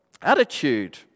attitude